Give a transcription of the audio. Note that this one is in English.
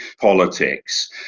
politics